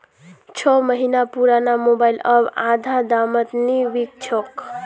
छो महीना पुराना मोबाइल अब आधा दामत नी बिक छोक